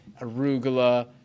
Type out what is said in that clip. arugula